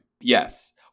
Yes